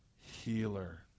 healer